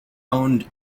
owned